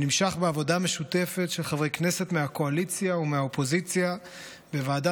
ונמשך בעבודה משותפת של חברי כנסת מהקואליציה ומהאופוזיציה בוועדת